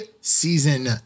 Season